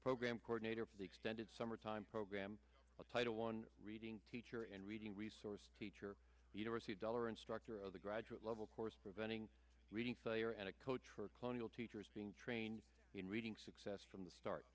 program coordinator for the extended summer time program a title on reading teacher and reading resource teacher university dollar instructor of the graduate level course preventing reading failure and a coach for clinical teachers being trained in reading success from the start